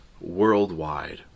worldwide